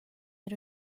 eir